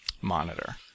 monitor